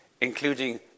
including